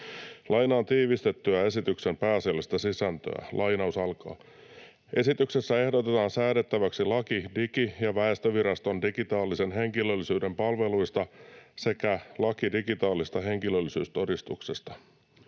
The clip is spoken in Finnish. Lainaan tiivistettyä esityksen pääasiallista sisältöä: ”Esityksessä ehdotetaan säädettäväksi laki Digi- ja väestötietoviraston digitaalisen henkilöllisyyden palveluista sekä laki digitaalisesta henkilöllisyystodistuksesta.